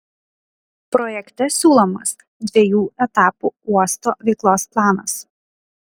projekte siūlomas dviejų etapų uosto veiklos planas